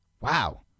Wow